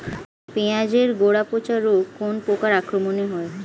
পিঁয়াজ এর গড়া পচা রোগ কোন পোকার আক্রমনে হয়?